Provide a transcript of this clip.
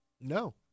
No